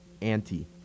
anti